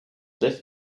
left